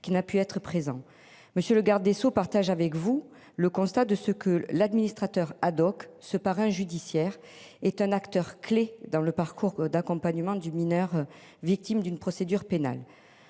qui n'a pu être présent monsieur le garde des Sceaux partage avec vous. Le constat de ce que l'administrateur ad-hoc ce parrain judiciaire est un acteur clé dans le parcours d'accompagnement du mineur, victime d'une procédure pénale.